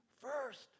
first